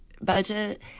budget